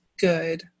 good